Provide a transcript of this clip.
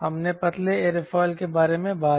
हमने पतले एयरफॉइल के बारे में बात की